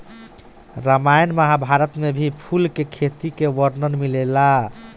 रामायण महाभारत में भी फूल के खेती के वर्णन मिलेला